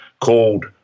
called